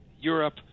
Europe